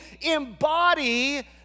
embody